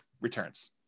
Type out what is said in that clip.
returns